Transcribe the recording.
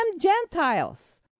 Gentiles